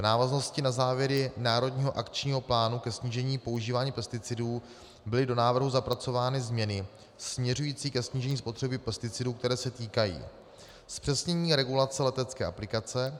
V návaznosti na závěry národního akčního plánu ke snížení používání pesticidů byly do návrhu zapracovány změny směřující ke snížení spotřeby pesticidů, které se týkají zpřesnění regulace letecké aplikace;